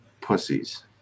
Pussies